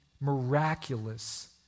Miraculous